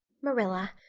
marilla,